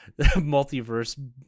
multiverse